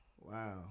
Wow